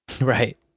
Right